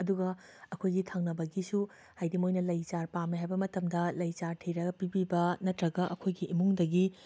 ꯑꯗꯨꯒ ꯑꯩꯈꯣꯏꯒꯤ ꯊꯪꯅꯕꯒꯤꯁꯨ ꯍꯥꯏꯗꯤ ꯃꯣꯏꯅ ꯂꯩ ꯆꯥꯔ ꯄꯥꯝꯃꯦ ꯍꯥꯏꯕ ꯃꯇꯝꯗ ꯂꯩ ꯆꯥꯔ ꯊꯤꯔꯒ ꯄꯤꯕꯤꯕ ꯅꯠꯇ꯭ꯔꯒ ꯑꯩꯈꯣꯏꯒꯤ ꯏꯃꯨꯡꯗꯒꯤ